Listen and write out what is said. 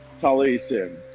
talisim